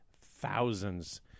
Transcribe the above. thousands